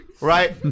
Right